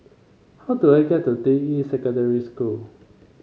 how do I get to Deyi Secondary School